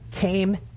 came